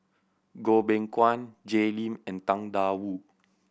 Goh Beng Kwan Jay Lim and Tang Da Wu